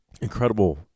incredible